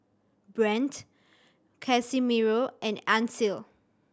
Brandt Casimiro and Ancil